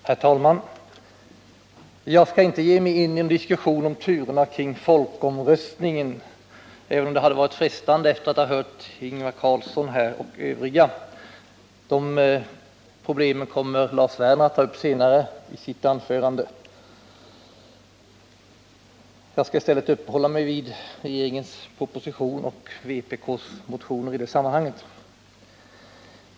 Herr talman! Jag skall inte ge mig in på en diskussion om turerna kring folkomröstningen, även om det hade varit frestande efter att ha hört Ingvar Carlsson och övriga talare. Dessa problem kommer Lars Werner att ta upp senare. I stället skall jag uppehålla mig vid regeringens proposition och vpk:s motioner.